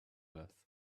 earth